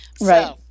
right